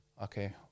okay